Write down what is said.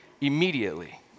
immediately